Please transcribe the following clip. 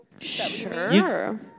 Sure